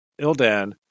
Ildan